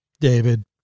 David